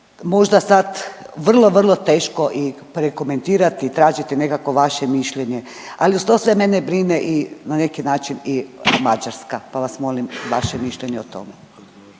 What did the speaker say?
možda sad vrlo, vrlo teško i prekomentirati i tražiti nekakvo vaše mišljenje. Ali uz to sve mene brine na neki način i Mađarska, pa vas molim vaše mišljenje o tome.